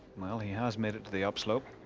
well he has made it to the up slope.